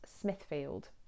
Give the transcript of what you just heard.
Smithfield